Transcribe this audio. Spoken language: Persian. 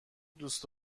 دوست